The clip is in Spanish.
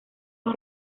los